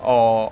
or